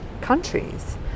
countries